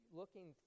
looking